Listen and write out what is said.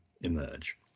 emerge